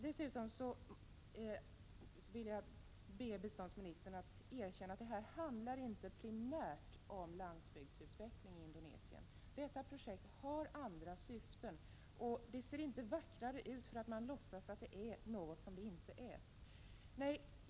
Dessutom vill jag be biståndsministern att erkänna att det här inte primärt handlar om landsbygdsutveckling i Indonesien. Detta projekt har andra syften. Det blir inte vackrare därför att man låtsas som om det är någonting som det inte är.